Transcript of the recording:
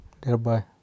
thereby